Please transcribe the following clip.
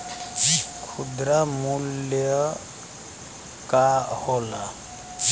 खुदरा मूल्य का होला?